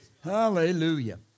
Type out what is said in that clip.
Hallelujah